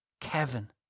Kevin